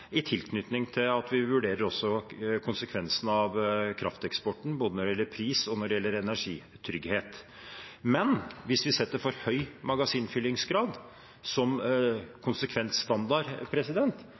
i tilknytning til at vi vurderer konsekvensene av krafteksporten både når det gjelder pris, og når det gjelder energitrygghet. Men hvis vi setter for høy magasinfyllingsgrad som